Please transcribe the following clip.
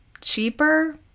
cheaper